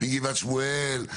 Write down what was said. וגבעת שמואל,